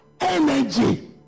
energy